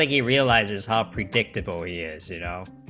like you realize is how predictable years you know